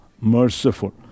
merciful